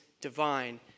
divine